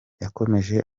yakomeje